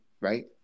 right